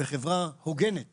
בחברה הוגנת